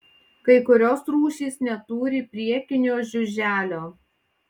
kai kurios rūšys neturi priekinio žiuželio